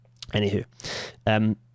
Anywho